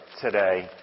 today